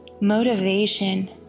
motivation